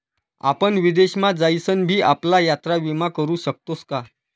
आपण विदेश मा जाईसन भी आपला यात्रा विमा करू शकतोस का?